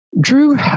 Drew